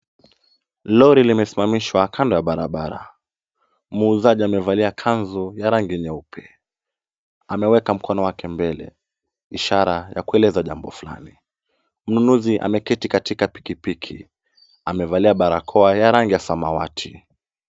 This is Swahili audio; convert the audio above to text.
Lori limesimamishwa kando ya barabara. Muuzaji amevalia kanzu ya rangi nyeupe, ameweka mkono wake mbele ishara ya kueleza jambo fulani. Mnunuzi ameketi katika pikipiki, amevalia barakoa ya rangi ya samawati.